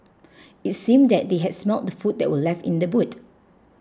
it seemed that they had smelt the food that were left in the boot